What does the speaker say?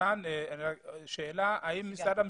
במשרד המשפטים,